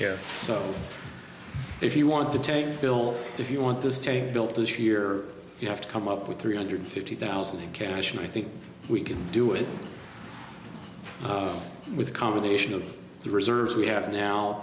care so if you want to take bill if you want this built this year you have to come up with three hundred fifty thousand in cash and i think we can do it with a combination of the reserves we have now